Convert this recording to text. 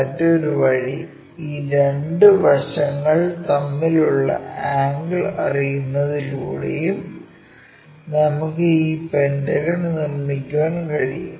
മറ്റൊരു വഴി ഈ രണ്ട് വശങ്ങൾ തമ്മിലുള്ള ആംഗിൾ അറിയുന്നതിലൂടെയും നമുക്ക് ഈ പെന്റഗൺ നിർമ്മിക്കാൻ കഴിയും